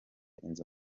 inzu